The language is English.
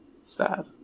Sad